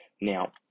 Now